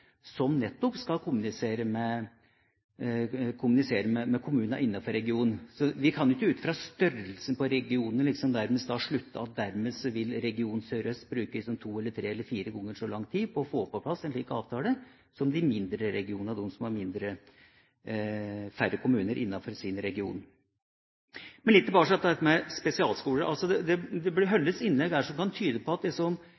som nettopp skal kommunisere med kommuner innenfor regionen. Vi kan ikke ut fra størrelsen på regionen nærmest slutte at dermed vil region Sørøst bruke to eller tre eller fire ganger så lang tid på å få på plass en slik avtale som de mindre regionene, de som har færre kommuner innenfor sin region. Men litt tilbake igjen til dette med spesialskoler. Det blir